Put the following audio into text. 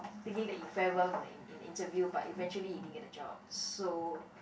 thinking that you fare well in in interview but eventually you didn't get the job so